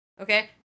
Okay